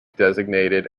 designated